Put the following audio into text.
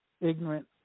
Ignorant